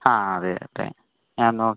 ആ അതെ അതെ ഞാൻ നോ